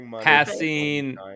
Passing